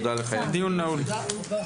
הדיון נעול.